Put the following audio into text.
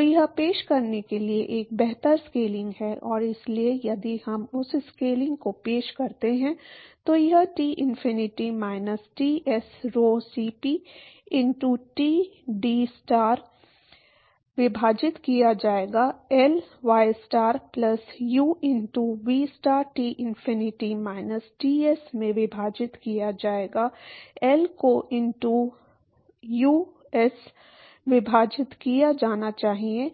तो यह पेश करने के लिए एक बेहतर स्केलिंग है और इसलिए यदि हम उस स्केलिंग को पेश करते हैं तो यह T infinity minus TS rho CP into dT star विभाजित किया जाएगा L y star plus u into v star T infinity minus Ts में विभाजित किया जाएगा एल को इनटू ऊप्स विभाजित किया जाना चाहिए